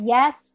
Yes